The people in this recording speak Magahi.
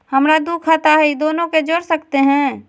हमरा दू खाता हय, दोनो के जोड़ सकते है?